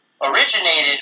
originated